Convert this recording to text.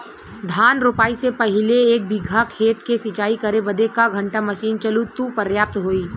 धान रोपाई से पहिले एक बिघा खेत के सिंचाई करे बदे क घंटा मशीन चली तू पर्याप्त होई?